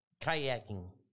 kayaking